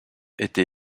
était